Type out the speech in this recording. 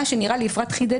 נראה לי שמה שאפרת חידדה,